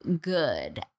good